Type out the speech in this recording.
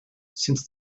since